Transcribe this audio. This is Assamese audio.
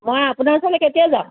মই আপোনাৰ ওচৰলৈ কেতিয়া যাম